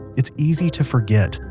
it's easy to forget,